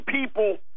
people